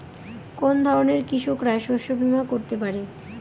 কোন ধরনের কৃষকরা শস্য বীমা করতে পারে?